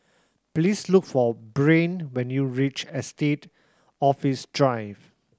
please look for Brain when you reach Estate Office Drive